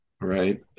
right